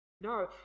No